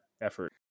effort